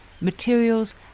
materials